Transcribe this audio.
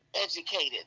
educated